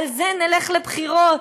על זה נלך לבחירות,